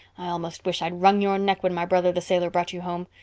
i almost wish i'd wrung your neck when my brother the sailor brought you home.